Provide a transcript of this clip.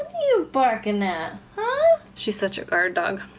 you barking at, huh? she's such a guard dog.